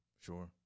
Sure